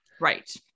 Right